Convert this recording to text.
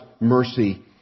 mercy